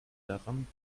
daran